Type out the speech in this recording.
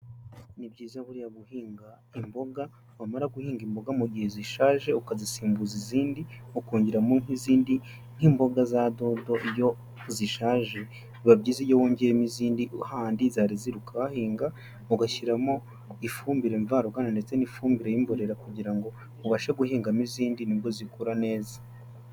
Ni byiza buriya guhinga imboga, wamara guhinga imboga mu gihe zishaje ukazisimbuza izindi, ukongeramo nk'izindi, nk'imboga za dodo iyo zishaje, biba byiza iyo wongeyemo izindi hahandi zari ziri ukahahinga, ugashyiramo ifumbire mvaruganda ndetse n'ifumbire y'imborera kugira ngo ubashe guhingamo izindi, ni bwo zikura neza.